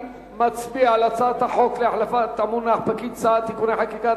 נצביע על הצעת החוק להחלפת המונח פקיד סעד (תיקוני חקיקה),